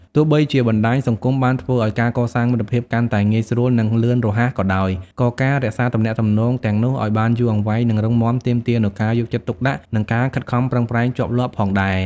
ទោះបីជាបណ្ដាញសង្គមបានធ្វើឲ្យការកសាងមិត្តភាពកាន់តែងាយស្រួល និងលឿនរហ័សក៏ដោយ ក៏ការរក្សាទំនាក់ទំនងទាំងនោះឱ្យបានយូរអង្វែង និងរឹងមាំទាមទារនូវ ការយកចិត្តទុកដាក់ និង ការខិតខំប្រឹងប្រែង ជាប់លាប់ផងដែរ។